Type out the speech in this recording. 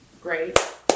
Great